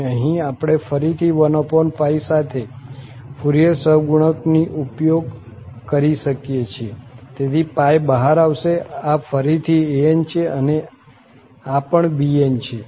અને અહીં આપણે ફરીથી 1 સાથે ફુરિયર સહગુણકની ઉપયોગ કરી શકીએ છીએ તેથી π બહાર આવશે આ ફરીથી an છે અને આ પણ bn છે